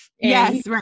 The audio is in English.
Yes